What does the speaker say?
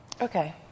Okay